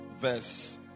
verse